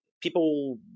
People